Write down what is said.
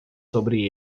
sobre